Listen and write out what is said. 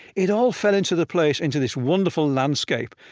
it all fell into the place, into this wonderful landscape.